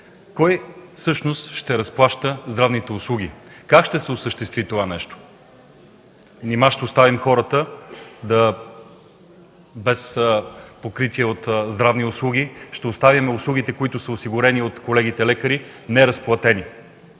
кой всъщност ще разплаща здравните услуги, как ще се осъществи това нещо? Нима ще оставим хората без покритие от здравни услуги? Ще оставим услугите, които са осигурени от колегите лекари, неразплатени?